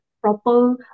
proper